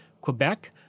Quebec